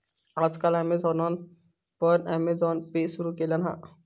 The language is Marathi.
आज काल ॲमेझॉनान पण अँमेझॉन पे सुरु केल्यान हा